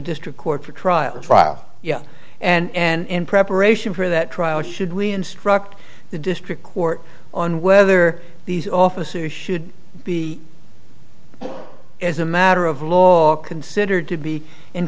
district court for trial or trial you know and in preparation for that trial should we instruct the district court on whether these officers should be as a matter of law considered to be in